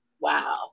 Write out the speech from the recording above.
Wow